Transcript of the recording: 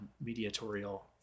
mediatorial